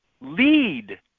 lead